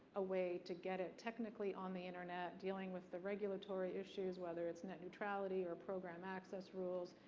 a way to get it technically on the internet, dealing with the regulatory issues, whether it's net neutrality or program access rules,